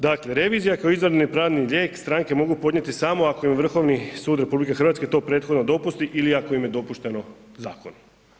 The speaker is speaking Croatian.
Dakle, revizija kao izvanredni pravni lijek stranke mogu podnijeti samo ako im Vrhovni sud RH to prethodno dopusti ili ako im je dopušteno zakonom.